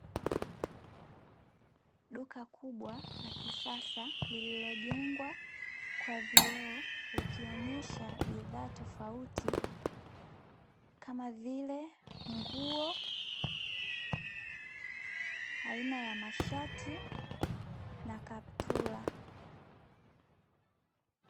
Duka kubwa la kisasa lililojegwa kwa vioo likionyesha bidhaa tofauti kama vile; nguo, aina ya mashati na kaptula.